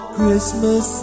Christmas